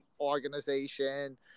organization